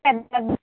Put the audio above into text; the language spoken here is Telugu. పెద్దది